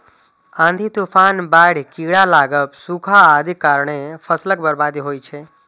आंधी, तूफान, बाढ़ि, कीड़ा लागब, सूखा आदिक कारणें फसलक बर्बादी होइ छै